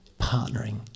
partnering